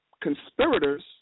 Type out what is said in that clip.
conspirators